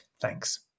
Thanks